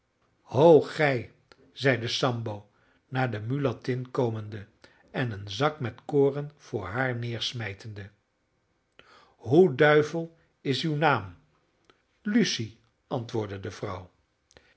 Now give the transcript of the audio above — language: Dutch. ho gij zeide sambo naar de mulattin komende en een zak met koren voor haar neersmijtende hoe duivel is uw naam lucy antwoordde de vrouw